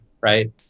right